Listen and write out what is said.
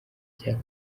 cya